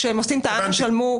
כשהם עושים את "אנא שלמו",